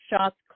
shots